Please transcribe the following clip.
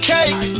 Cake